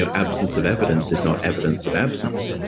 ah absence of evidence is not evidence of absence.